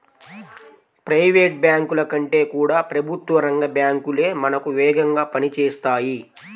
private బ్యాంకుల కంటే కూడా ప్రభుత్వ రంగ బ్యాంకు లే మనకు వేగంగా పని చేస్తాయి